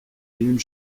une